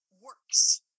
works